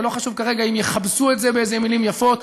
ולא חשוב כרגע אם יכבסו את זה באיזה מילים יפות,